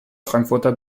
frankfurter